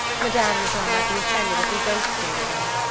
madame lebrun might be offended if we both stayed away.